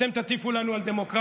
אתם תטיפו לנו על דמוקרטיה?